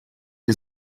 die